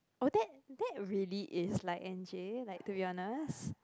oh that that really is like N_J like to be honest